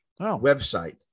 website